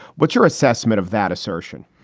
what's your assessment of that assertion?